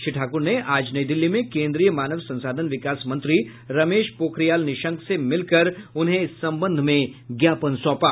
श्री ठाकुर ने आज नई दिल्ली में केंद्रीय मानव संसाधन विकास मंत्री रमेश पोखरियाल निशंक से मिलकर उन्हें इस संबंध में ज्ञापन सौंपा